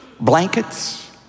Blankets